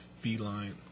feline